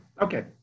okay